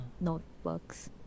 notebooks